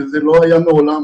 וזה לא היה מעולם,